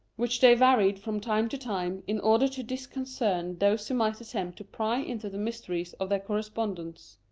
which they varied from time to time, in order to disconcert those who might attempt to pry into the mysteries of their correspondence.